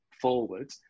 forward